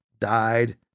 died